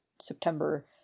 September